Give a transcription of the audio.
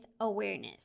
awareness